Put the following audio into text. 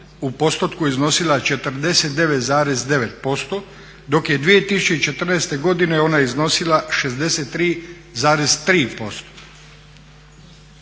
u postotku iznosila 49,9% dok je 2014.godine ona iznosila 63,3%.